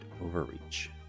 overreach